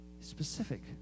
Specific